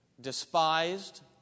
despised